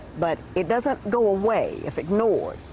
but it doesn't go away if ignored.